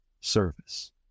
service